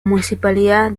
municipalidad